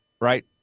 right